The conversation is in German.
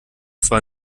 zwar